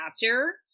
chapter